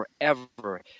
forever